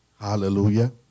Hallelujah